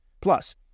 Plus